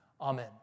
amen